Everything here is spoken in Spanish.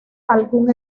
algún